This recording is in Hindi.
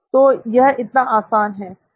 तो यह इतना आसान है